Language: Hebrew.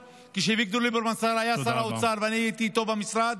כשאביגדור ליברמן היה שר האוצר ואני הייתי איתו במשרד,